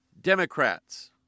Democrats